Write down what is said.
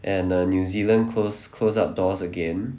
and err new zealand close close up doors again